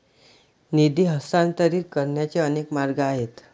निधी हस्तांतरित करण्याचे अनेक मार्ग आहेत